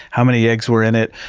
how many eggs were in it,